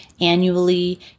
annually